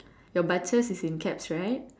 your butchers is in caps right